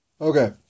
Okay